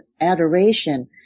adoration